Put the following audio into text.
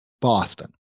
Boston